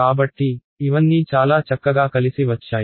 కాబట్టి ఇవన్నీ చాలా చక్కగా కలిసి వచ్చాయి